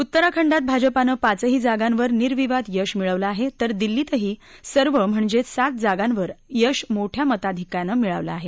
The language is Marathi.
उत्तराखंडात भाजपाने पाचही जागांवर निर्विवाद यश मिळवलं आहे तर दिल्लीतही सर्व म्हणजे सात जागांवर यश मोठया मताधिक्यानं यश मिळवलं आहे